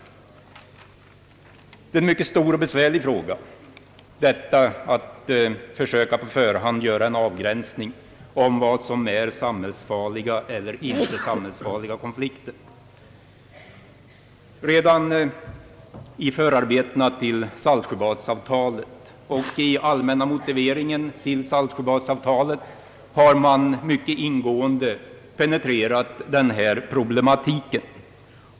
Det är en mycket stor och besvärlig uppgift att söka på förhand göra en avgränsning i fråga om vad som är samhällsfarliga konflikter eller inte. Redan i förarbetena till Saltsjöbadsavtalet och i dess allmänna motivering har man mycket ingående penetrerat denna problematik.